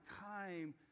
time